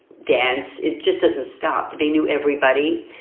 dance. it just doesn't stop. they knew everybody.